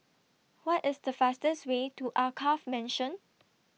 What IS The fastest Way to Alkaff Mansion